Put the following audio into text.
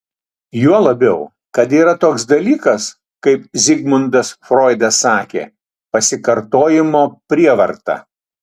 juo labiau kad yra toks dalykas kaip zigmundas froidas sakė pasikartojimo prievarta